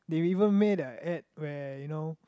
they even made a ad where you know